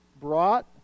brought